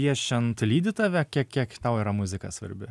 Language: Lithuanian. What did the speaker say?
piešiant lydi tave kiek kiek tau yra muzika svarbi